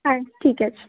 হ্যাঁ ঠিক আছে